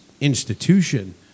institution